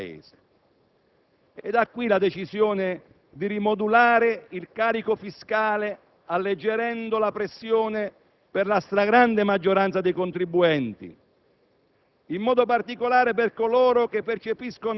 alla parte meno fortunata del Paese, facendo in modo di distribuire il carico, il peso che comunque ci portiamo sulle spalle, in maniera equa ed equilibrata.